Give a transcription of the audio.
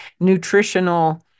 nutritional